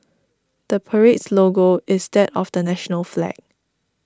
the parade's logo is that of the national flag